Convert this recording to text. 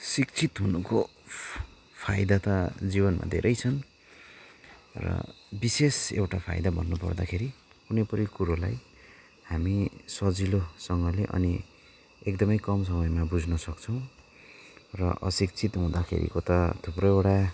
शिक्षित हुनुको फाइदा त जीवनमा धेरै छन् र विशेष एउटा फाइदा भन्नुपर्दाखेरि कुनै पनि कुरोलाई हामी सजिलोसँगले अनि एकदमै कम समयमा बुझ्नुसक्छौँ र अशिक्षित हुँदाखेरिको त थुप्रोवटा